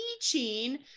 teaching